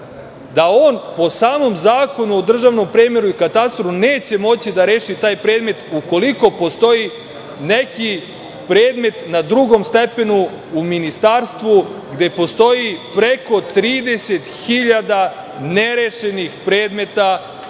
da on po samom Zakonu o državnom premeru i katastru neće moći da reši taj predmet ukoliko postoji neki predmet na drugom stepenu u ministarstvu, gde postoji preko 30 hiljada nerešenih predmeta